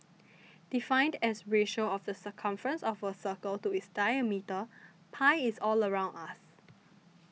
defined as ratio of the circumference of a circle to its diameter pi is all around us